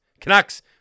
Canucks